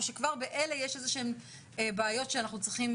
או שכבר באלה יש איזשהן בעיות שאנחנו צריכים